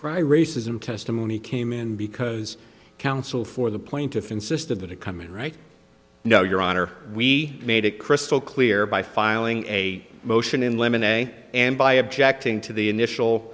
cry racism testimony came in because counsel for the plaintiff insisted that it come in right no your honor we made it crystal clear by filing a motion in limine day and by objecting to the initial